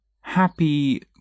happy